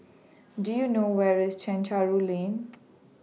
Do YOU know Where IS Chencharu Lane